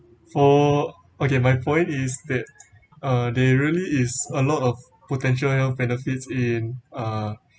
for okay my point is that uh there really is a lot of potential health benefits in uh